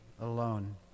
alone